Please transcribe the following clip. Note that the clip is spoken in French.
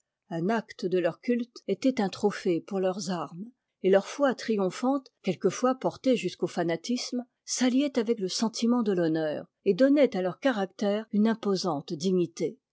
un acte de leur culte était un trophée pour leurs armes et leur foi triom phante quelquefois portée jusqu'au fanatisme s'alliait avec le sentiment de l'honneur et don nait à leur caractère une imposante dignité